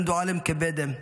אנדועלם קבדה,